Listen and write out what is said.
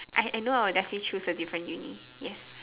I I know I will definitely choose a different uni yes